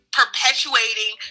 perpetuating